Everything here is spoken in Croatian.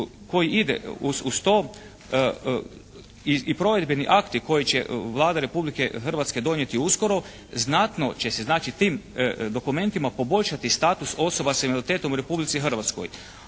koji ide uz to i provedbeni akti koje će Vlada Republike Hrvatske donijeti uskoro znatno će se znači tim dokumentima poboljšati status osoba s invaliditetom u Republici Hrvatskoj,